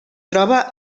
troba